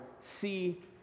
see